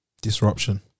disruption